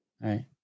Right